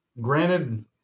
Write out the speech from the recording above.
Granted